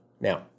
Now